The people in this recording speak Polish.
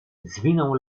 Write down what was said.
zwinął